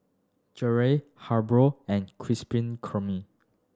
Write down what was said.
Gelare Hasbro and Krispy Kreme